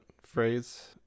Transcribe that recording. phrase